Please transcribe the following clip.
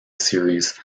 series